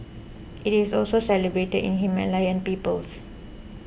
it is also celebrated in Himalayan peoples